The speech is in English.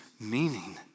meaning